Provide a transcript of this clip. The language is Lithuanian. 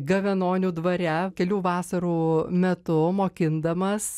gavenonių dvare kelių vasarų metu mokindamas